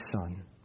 son